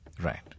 right